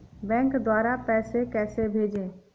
Bank द्वारा पैसे कैसे भेजें?